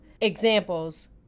examples